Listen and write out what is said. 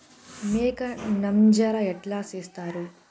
మేక నంజర ఎట్లా సేస్తారు?